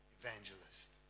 evangelist